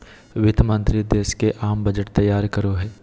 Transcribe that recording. वित्त मंत्रि देश के आम बजट तैयार करो हइ